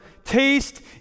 taste